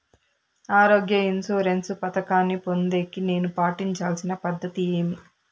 ఆరోగ్య ఇన్సూరెన్సు పథకాన్ని పొందేకి నేను పాటించాల్సిన పద్ధతి ఏమి?